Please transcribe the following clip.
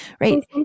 right